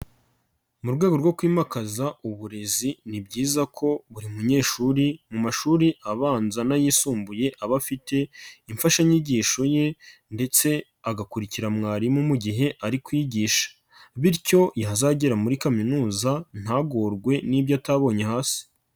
Mu rwego rwo kwimakaza uburezi ni byiza ko buri munyeshuri mu mashuri abanza n'ayisumbuye ,aba afite imfashanyigisho ye ndetse agakurikira mwarimu mu gihe ari kwigisha, bityo yazagera muri kaminuza ntagorwe n'ibyo atabonye hasi.